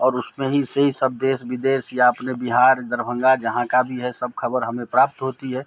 और उसमें ही से ही सब देश विदेश या अपने बिहार दरभंगा जहाँ का भी है सब ख़बर हमें प्राप्त होती है